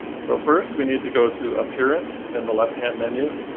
so first, we need to go to, appearance in the left-hand menu.